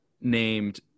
named